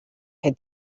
had